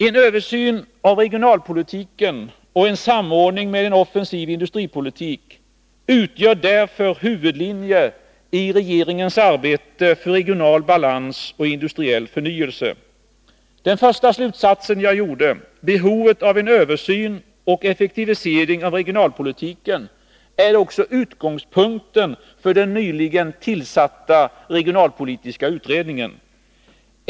En översyn av regionalpolitiken och en samordning med en offensiv industripolitik utgör därför huvudlinjer i regeringens arbete för regional balans och industriell förnyelse. Den första slutsats jag gjorde - om behovet av en översyn och effektivisering av regionalpolitiken — är också utgångspunkten för den nyligen tillsatta regionalpolitiska utredningen.